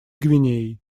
гвинеей